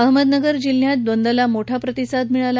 अहमदनगर जिल्ह्यात बंदला मोठा प्रतिसाद मिळाला